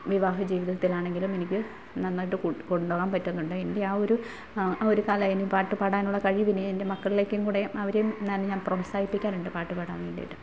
വിവാഹ ജീവിതത്തിലാണെങ്കിലും എനിക്ക് നന്നായിട്ട് കൊണ്ടുപോകാൻ പറ്റുന്നുണ്ട് എൻ്റെ ആ ഒരു ഒരു കലയിനെ പാട്ടു പാടാനുള്ള കഴിവിനെ എൻ്റെ മക്കളിലേക്കും കൂടി അവരെയും ഞാൻ പ്രോത്സാഹിപ്പിക്കാറുണ്ട് പാട്ട് പാടാൻ വേണ്ടിയിട്ട്